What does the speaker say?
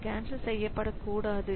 அது கேன்சல் செய்யப்படக்கூடாது